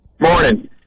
morning